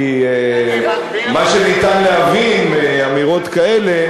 כי מה שניתן להבין מאמירות כאלה,